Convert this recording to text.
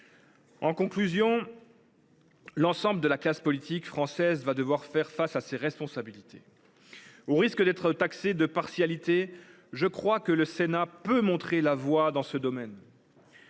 En conclusion, l’ensemble de la classe politique française va devoir faire face à ses responsabilités. Au risque d’être taxé de partialité, je crois que le Sénat peut montrer la voie dans ce domaine.